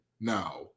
now